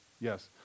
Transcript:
Yes